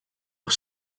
nog